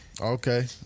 Okay